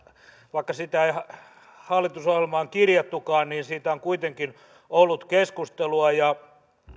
vaikka sitä ei hallitusohjelmaan kirjattukaan niin siitä on kuitenkin ollut keskustelua ja